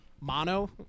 Mono